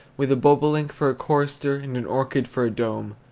with a bobolink for a chorister, and an orchard for a dome.